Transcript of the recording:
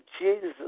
Jesus